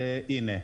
הינה.